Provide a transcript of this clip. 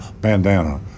bandana